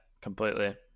completely